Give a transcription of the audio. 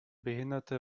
behinderte